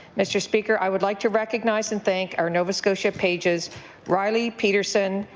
mr. speaker, i would like to recognize and thank our nova scotia pages riley peterson,